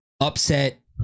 upset